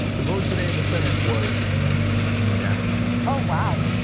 the vote today in the senate was unanimous. ah wow,